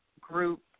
group